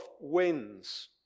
wins